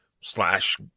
slash